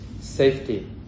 safety